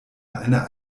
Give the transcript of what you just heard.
einer